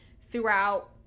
throughout